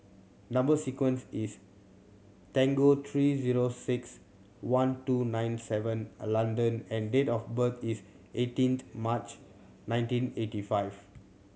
number sequence is Tango three zero six one two nine seven a London and date of birth is eighteenth March nineteen eighty five